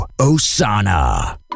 Osana